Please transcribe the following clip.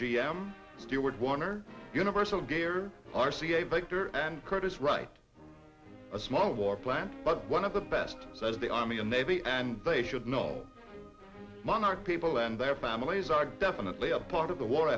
m steward warner universal gear r c a victor and curtis wright a small war plan but one of the best says the army and navy and they should know monarch people and their families are definitely a part of the war